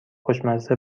خوشمزه